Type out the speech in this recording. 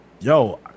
yo